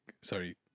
sorry